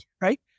right